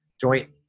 joint